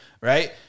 Right